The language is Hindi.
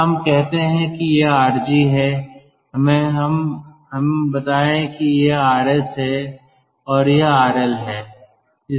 तो हम कहते हैं कि यह RG है हमें बताएं कि यह RS है और यह RL है